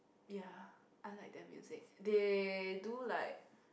ya I like their music they do like